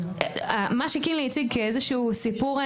מה שקינלי הציג כאיזה שהוא סיפור.